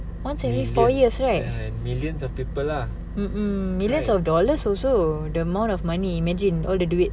once every four years right mm mm millions of dollars also the amount of money imagine all the duit